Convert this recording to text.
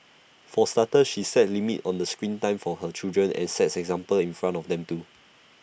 for starters she set limits on the screen time for her children and sets an example in front of them too